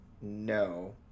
No